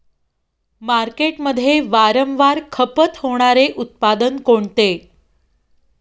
मार्केटमध्ये वारंवार खपत होणारे उत्पादन कोणते?